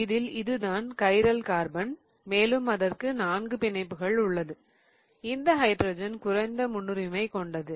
இதில் இதுதான் chiral carbon மேலும் அதற்கு நான்கு பிணைப்புகள் உள்ளது இந்த ஹைட்ரஜன் குறைந்த முன்னுரிமை கொண்டது